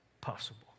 possible